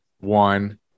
one